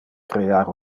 crear